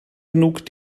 genug